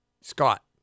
Scott